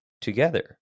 together